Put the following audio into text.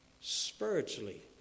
spiritually